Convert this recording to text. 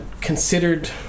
considered